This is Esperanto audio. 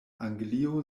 anglio